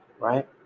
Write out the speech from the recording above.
Right